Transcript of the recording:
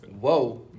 Whoa